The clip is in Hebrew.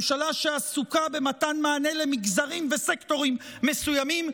ממשלה שעסוקה במתן מענה למגזרים וסקטורים מסוימים,